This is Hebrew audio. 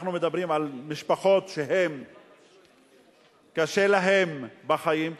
ואנחנו מדברים על משפחות שקשה להן בחיים,